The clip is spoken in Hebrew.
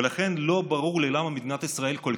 ולכן לא ברור לי למה מדינת ישראל כל